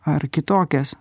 ar kitokias